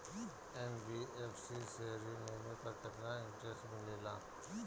NBFC से ऋण लेने पर केतना इंटरेस्ट मिलेला?